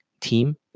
team